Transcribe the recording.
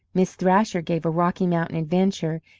miss thrasher gave a rocky mountain adventure,